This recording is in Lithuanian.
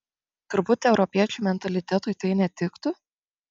turbūt europiečio mentalitetui tai netiktų